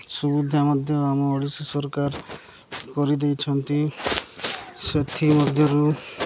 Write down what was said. ସୁବିଧା ମଧ୍ୟ ଆମ ଓଡ଼ିଶା ସରକାର କରିଦେଇଛନ୍ତି ସେଥି ମଧ୍ୟରୁ